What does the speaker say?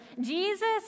Jesus